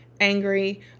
angry